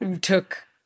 took